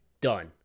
Done